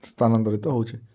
ସ୍ଥାନାନ୍ତରିତ ହଉଛେ